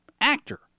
actor